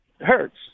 Hurts